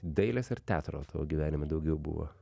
dailės ar teatro tavo gyvenime daugiau buvo